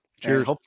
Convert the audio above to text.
Cheers